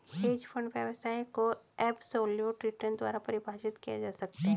hedge fund व्यवसाय को absolute return द्वारा परिभाषित किया जा सकता है